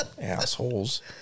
assholes